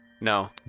No